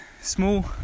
small